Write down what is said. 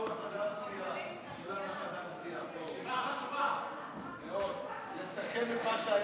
להביע אי-אמון בממשלה לא נתקבלה.